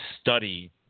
study